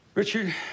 Richard